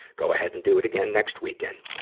go ahead and do it again next weekend.